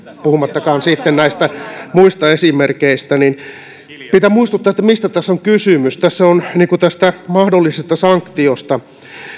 puhumattakaan sitten näistä muista esimerkeistä pitää muistuttaa mistä tässä on kysymys tässä on kyse tästä mahdollisesta sanktiosta